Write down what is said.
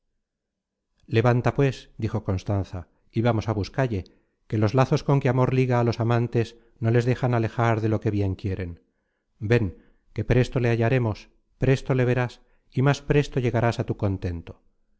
levanta pues dijo constanza y vamos á buscalle que los lazos con que amor liga á los amantes no les dejan alejar de lo que bien quieren ven que presto le hallaremos presto le verás y más presto llegarás á tu contento